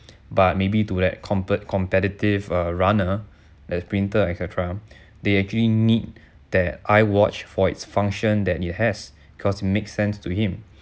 but maybe to like compet~ competitive uh runner and sprinter et cetera they actually need that iwatch for its function that it has cause makes sense to him